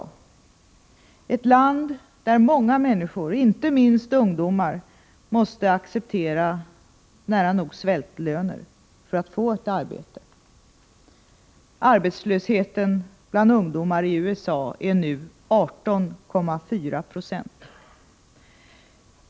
I detta land måste många människor — inte minst ungdomar — acceptera nära nog svältlöner för att få arbete. Arbetslösheten bland ungdomar i USA är nu 18,4 9.